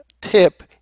tip